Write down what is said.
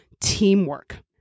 teamwork